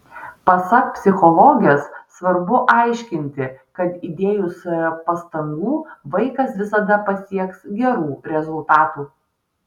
pasak psichologės svarbu aiškinti kad įdėjus pastangų vaikas visada pasieks gerų rezultatų